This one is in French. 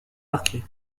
marqué